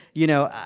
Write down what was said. you know,